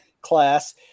class